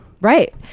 right